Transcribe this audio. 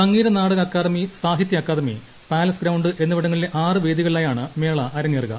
സംഗീത Nataka Akademi Sahitya Akademi palace ground എന്നിവിടങ്ങളിലെ ആറു വേദികളിലായാണ് മേള അരങ്ങേറുക